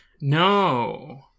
No